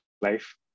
life